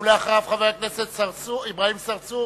ואחריו, חבר הכנסת אברהים צרצור